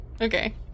Okay